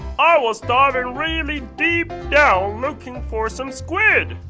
i was diving really deep down looking for some squid!